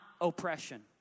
oppression